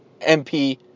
MP